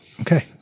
okay